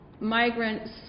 migrants